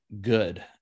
good